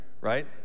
right